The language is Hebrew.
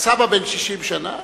סבא בן 60 שנה.